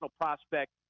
prospect